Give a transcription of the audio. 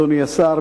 אדוני השר,